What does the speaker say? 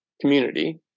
community